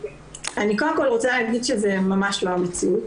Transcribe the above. אני קודם כל רוצה להגיד שזה ממש לא המציאות.